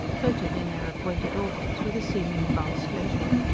floated in their appointed orbits with a seeming vast leisure.